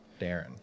Darren